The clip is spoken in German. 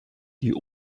die